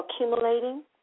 accumulating